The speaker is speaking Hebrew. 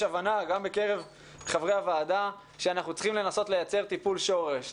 הבנה גם בקרב חברי הוועדה שאנחנו צריכים לנסות לייצר טיפול שורש.